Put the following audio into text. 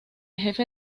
jefe